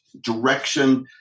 direction